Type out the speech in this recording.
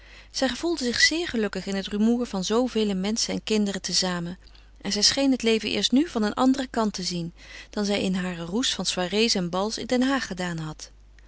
zij gevoelde zich zeer gelukkig in het rumoer van zoovele menschen en kinderen te zamen en zij scheen het leven eerst nu van een anderen kant te zien dan zij in haren roes van soirées en bals in den haag gedaan had